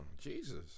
Jesus